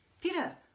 Peter